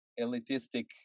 elitistic